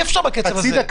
אי אפשר בקצב הזה.